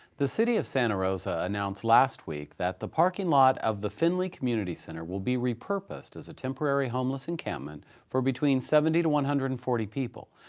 the city of santa rosa announced last week that the parking lot of the finley community center will be repurposed as a temporary homeless encampment for between seventy to one hundred and forty people.